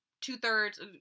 two-thirds